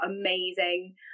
amazing